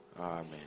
Amen